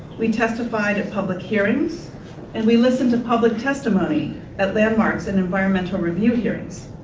we testified at public hearings and we listened to public testimony at landmarks and environmental review hearings.